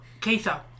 queso